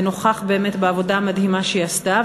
ונוכח באמת בעבודה המדהימה שהיא עשתה,